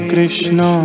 Krishna